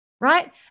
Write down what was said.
right